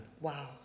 Wow